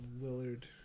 Willard